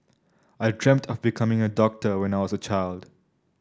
I dreamt of becoming a doctor when I was a child